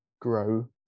grow